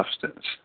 substance